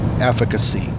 efficacy